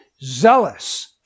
zealous